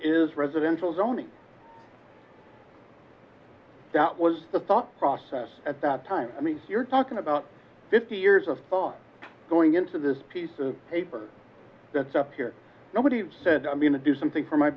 is residential zoning that was the thought process at that time i mean you're talking about fifty years of going into this piece of paper that's up here nobody said i'm going to do something for my